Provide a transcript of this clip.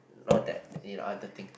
not that you know other thing